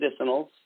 Medicinals